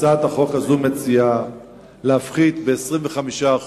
הצעת החוק הזאת מציעה להפחית ב-25%